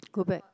go back